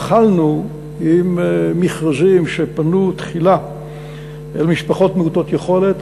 התחלנו עם מכרזים שפנו תחילה למשפחות מעוטות יכולת,